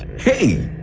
hey!